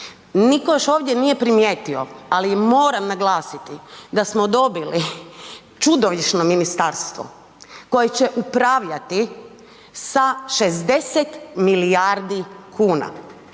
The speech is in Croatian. Niko još ovdje nije primijetio, ali moram naglasiti da smo dobili čudovišno ministarstvo koje će upravljati sa 60 milijardi kuna.